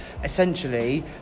Essentially